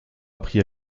appris